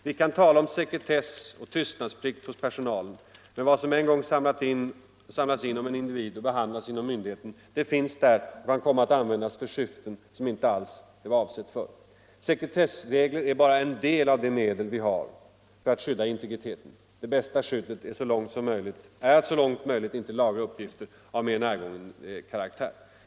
Vi kan tala om sekretess och tystnadsplikt hos personalen, men vad som en gång samlats in om en individ och behandlats inom myndigheten finns där och kan komma att användas för syften som det inte alls var avsett för. Sekretessregler är bara en del av de medel vi har för att skydda integriteten. Det bästa skyddet är att så långt möjligt inte lagra uppgifter av mera närgången karaktär.